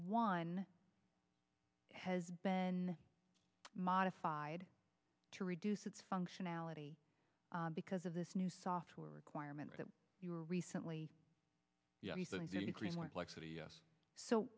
one has been modified to reduce its functionality because of this new software requirement that you were recently